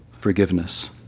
forgiveness